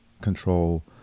control